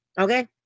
okay